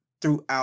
throughout